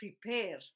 prepare